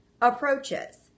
approaches